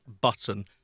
button